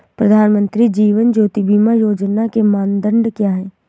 प्रधानमंत्री जीवन ज्योति बीमा योजना के मानदंड क्या हैं?